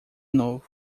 novo